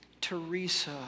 Teresa